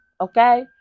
okay